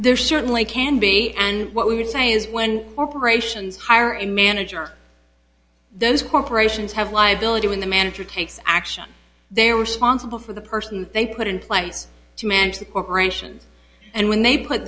there certainly can be and what we would say is when corporations hire in manager those corporations have liability when the manager takes action they responsible for the person they put in place to manage the corporation and when they put